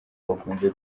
bakunze